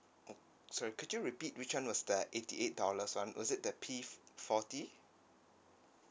uh sorry could you repeat which one was that eighty eight dollars one was it the P forty